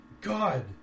God